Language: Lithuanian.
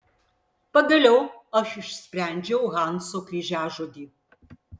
pagaliau aš išsprendžiau hanso kryžiažodį